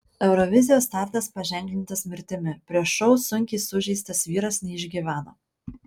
eurovizijos startas paženklintas mirtimi prieš šou sunkiai sužeistas vyras neišgyveno